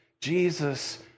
Jesus